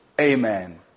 amen